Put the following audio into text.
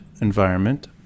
environment